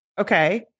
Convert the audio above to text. okay